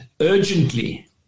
urgently